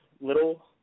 little